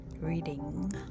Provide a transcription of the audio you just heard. reading